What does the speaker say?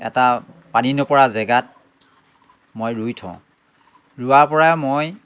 এটা পানী নপৰা জেগাত মই ৰুই থওঁ ৰোৱাৰ পৰা মই